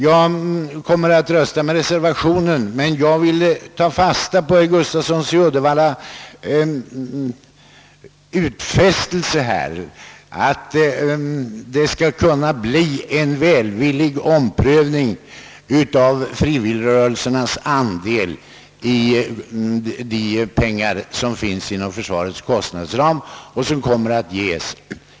Jag kommer att rösta med reservationen, men vill ta fasta på herr Gustafssons i Uddevalla utfästelse att det skall kunna bli en välvillig omprövning av frivilligrörelsernas andel av de pengar som kommer att ges inom försvarets kostnadsram.